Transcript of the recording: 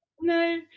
No